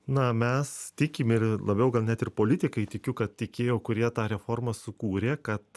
na mes tikim ir labiau gal net ir politikai tikiu kad tiki kurie tą reformą sukūrė kad